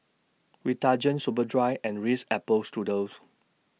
Vitagen Superdry and Ritz Apple Strudels